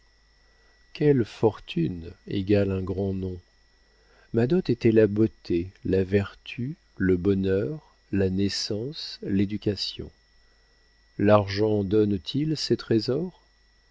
quelle fortune égale un grand nom ma dot était la beauté la vertu le bonheur la naissance l'éducation l'argent donne-t-il ces trésors